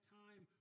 time